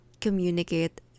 communicate